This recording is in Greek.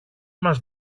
μας